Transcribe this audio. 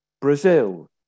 Brazil